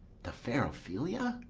the fair ophelia?